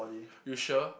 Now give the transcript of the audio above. you sure